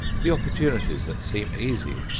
the opportunities that seem easy,